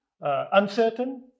Uncertain